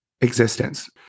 existence